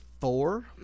four